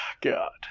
God